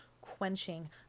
quenching